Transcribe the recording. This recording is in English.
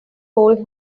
old